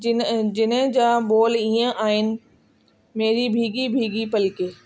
जिन जिन जा बोल ईअं आहिनि मेरी भीगी भीगी पलके